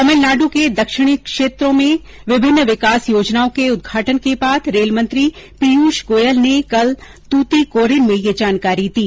तमिलनाडु के दक्षिणी क्षेत्रों में विभिन्न विकास योजनाओं के उद्घाटन के बाद रेलमंत्री पीयूष गोयल ने कल तूतीकोरिन में यह जानकारी दी